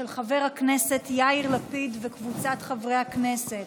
של חבר הכנסת יאיר לפיד וקבוצת חברי הכנסת.